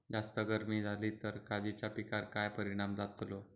जास्त गर्मी जाली तर काजीच्या पीकार काय परिणाम जतालो?